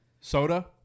Soda